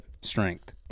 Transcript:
strength